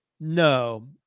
No